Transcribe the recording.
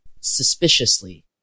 suspiciously